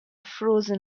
frozen